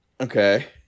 Okay